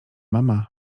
mama